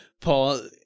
Paul